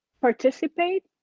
participate